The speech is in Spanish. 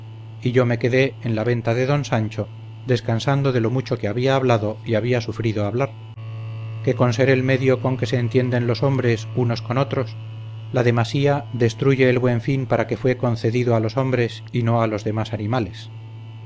y yo me quedé en la venta de don sancho descansando de lo mucho que había hablado y había sufrido hablar que con ser el medio con que se entienden los hombres unos con otros la demasía destruye el buen fin para que fue concedido a los hombres y no a los demás animales